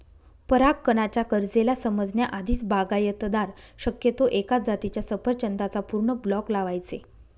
परागकणाच्या गरजेला समजण्या आधीच, बागायतदार शक्यतो एकाच जातीच्या सफरचंदाचा पूर्ण ब्लॉक लावायचे